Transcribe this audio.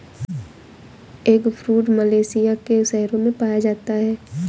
eggfruit Malaysia के शहरों में पाया जाता है